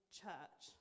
church